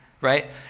right